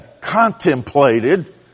contemplated